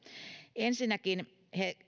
ensinnäkin